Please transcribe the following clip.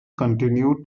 continue